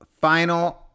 final